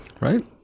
Right